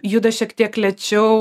juda šiek tiek lėčiau